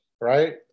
Right